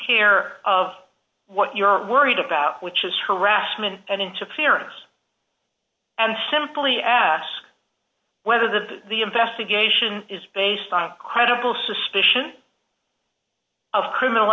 care of what you're worried about which is harassment and into fairness and simply ask whether the the investigation is based on a credible suspicion of criminal